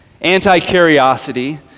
anti-curiosity